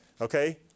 Okay